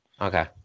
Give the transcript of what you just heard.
Okay